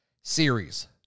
Series